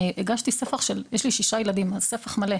אני יש לי 6 ילדים אז הגשתי ספח מלא,